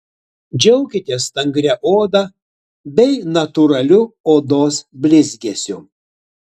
džiaukitės stangria oda bei natūraliu odos blizgesiu